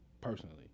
personally